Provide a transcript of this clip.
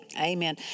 Amen